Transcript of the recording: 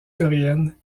coréenne